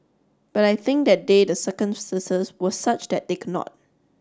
but I think that day the circumstances were such that they could not